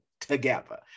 together